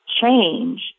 change